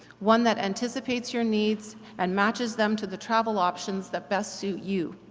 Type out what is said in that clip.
one that anticipates your needs and matches them to the travel options that best suit you.